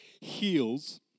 heals